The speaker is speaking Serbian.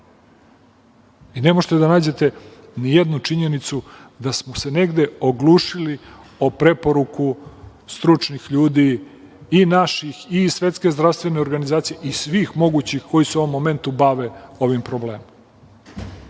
ne možete da nađete nijednu činjenicu da smo se negde oglušili o preporuku stručnih ljudi i naših i SZO i svih mogućih koji se u ovom momentu bave ovim problemom.